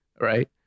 right